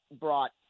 brought